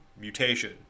mutation